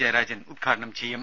ജയരാജൻ ഉദ്ഘാടനം ചെയ്യും